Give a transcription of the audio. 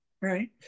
right